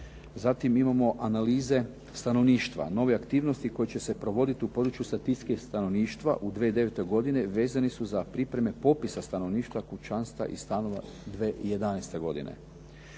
Zatim imamo analize stanovništva. Nove aktivnosti koje će se provodit u području statistike stanovništva u 2009. godini vezani su za pripreme popisa stanovništva, kućanstva i stanova 2011. godine.